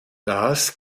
das